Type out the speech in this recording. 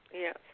yes